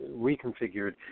reconfigured